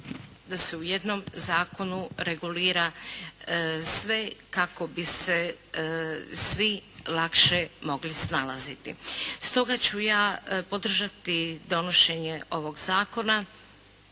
da se u jednom zakonu regulira sve kako bi se svi lakše mogli snalaziti. Stoga ću ja podržati donošenje ovog zakona